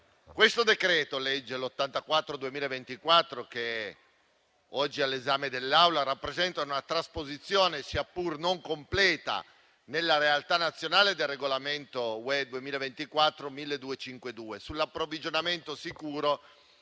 il decreto-legge n. 84 del 2024, oggi all'esame dell'Assemblea, rappresenta una trasposizione, sia pur non completa nella realtà nazionale, del Regolamento (UE) 2024/1252 sull'approvvigionamento sicuro